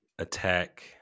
attack